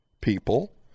people